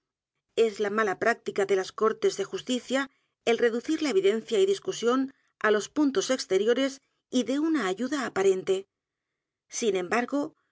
s la mala práctica de l a s cortes de justicia el reducir la evidencia y discusión á los puntos exteriores y de una ayuda aparente sin